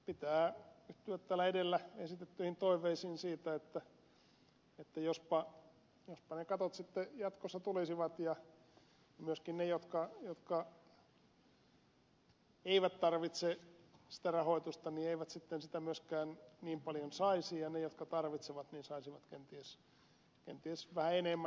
pitää yhtyä edellä esitettyihin toiveisiin siitä jospa ne katot sitten jatkossa tulisivat ja myöskin ne jotka eivät tarvitse rahoitusta eivät sitä sitten myöskään niin paljon saisi ja ne jotka tarvitsevat saisivat kenties vähän enemmän